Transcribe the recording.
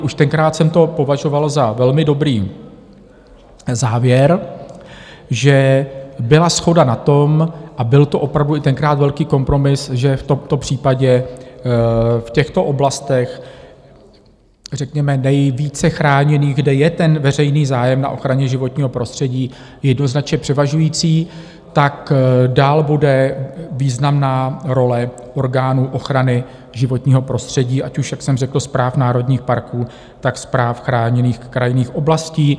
Už tenkrát jsem to považoval za velmi dobrý závěr, že byla shoda na tom, a byl to opravdu i tenkrát velký kompromis, že v tomto případě v těchto oblastech, řekněme nejvíce chráněných, kde je veřejný zájem na ochraně životního prostředí jednoznačně převažující, dál bude významná role orgánů ochrany životního prostředí, ať už, jak jsem řekl, správ národních parků, tak správ chráněných krajinných oblastí.